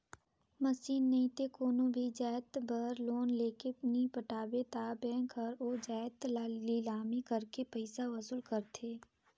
machine नइते कोनो भी जाएत बर लोन लेके नी पटाबे ता बेंक हर ओ जाएत ल लिलामी करके पइसा वसूली करथे